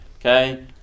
Okay